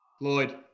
Lloyd